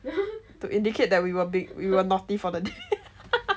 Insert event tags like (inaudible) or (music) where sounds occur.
to indicate that we were big we were naughty for the day (laughs)